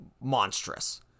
monstrous